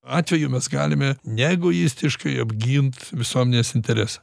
atveju mes galime neegoistiškai apgint visuomenės interesą